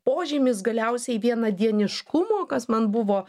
požymis galiausiai vienadieniškumo kas man buvo